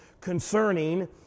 concerning